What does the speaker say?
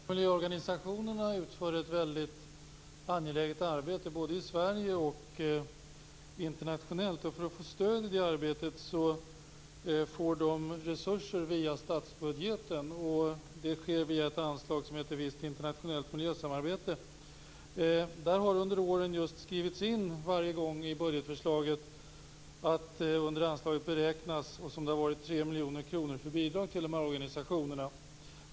Fru talman! De svenska miljöorganisationerna utför ett mycket angeläget arbete både i Sverige och internationellt. För att få stöd i detta arbete får de resurser via statsbudgeten. Det sker via ett anslag som heter Visst internationellt miljösamarbete. Där har varje år i budgetförslaget skrivits in att under anslaget beräknas 3 miljoner kronor, som det har varit, för bidrag till miljöorganisationerna.